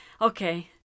okay